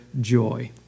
joy